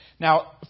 Now